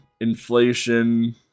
Inflation